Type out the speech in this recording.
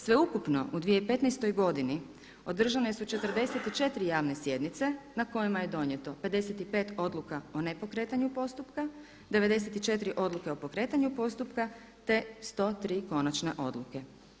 Sveukupno u 2015. održane su 44 javne sjednice na kojima donijeto 55 odluka o nepokretanju postupka, 94 odluke o pokretanju postupka te 103 konačne odluke.